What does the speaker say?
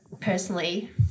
personally